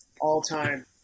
all-time